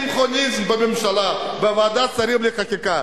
שמחוניזם בממשלה, בוועדת שרים לחקיקה.